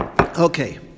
Okay